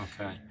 Okay